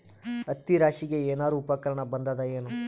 ಹತ್ತಿ ರಾಶಿಗಿ ಏನಾರು ಉಪಕರಣ ಬಂದದ ಏನು?